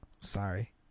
sorry